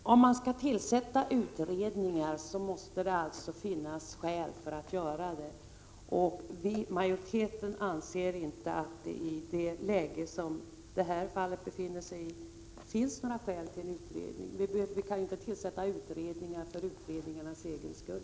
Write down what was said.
Herr talman! Om man skall tillsätta utredningar måste det finnas skäl för att göra det. Majoriteten anser inte att det i det läge som ärendet befinner sig i finns några skäl för en utredning. Vi kan ju inte tillsätta utredningar för utredningarnas egen skull.